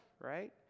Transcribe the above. right